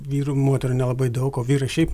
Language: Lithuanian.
vyrų moterų nelabai daug o vyrai šiaip